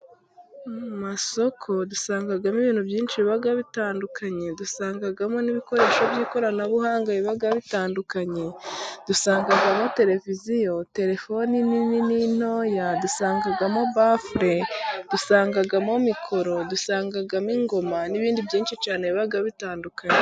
Mu masoko dusangagamo ibintu byinshi biba bitandukanye, dusangagamo n' ibikoresho by' ikoranabuhanga biba bitandukanye, dusangagamo televiziyo, telefoni nini n' intoya dusangagamo bafule, dusangagamo mikoro, dusangagamo ingoma n' ibindi byinshi cyane biba bitandukanye.